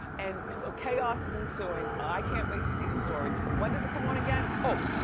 and so chaos is ensuing, i can't wait to see the story. when does it come on again? oh,